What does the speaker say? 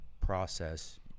process